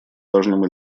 важным